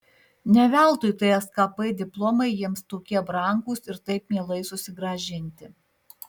ne veltui tskp diplomai jiems tokie brangūs ir taip mielai susigrąžinti